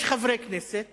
יש חברי כנסת